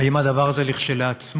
האם הדבר הזה כשלעצמו